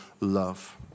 love